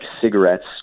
cigarettes